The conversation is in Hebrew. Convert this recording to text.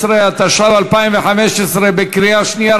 216), התשע"ו 2015, בקריאה שנייה.